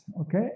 Okay